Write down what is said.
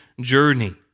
journey